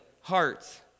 hearts